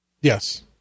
Yes